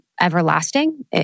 everlasting